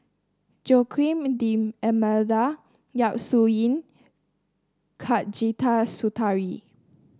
Joaquim D'Almeida Yap Su Yin